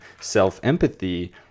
self-empathy